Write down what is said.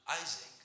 Isaac